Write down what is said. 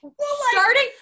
starting